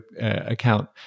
account